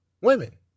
Women